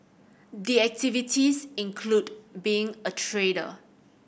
the activities include being a trader